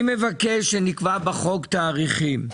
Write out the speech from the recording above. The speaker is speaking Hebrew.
אני מבקש שנקבע בחוק תאריכים.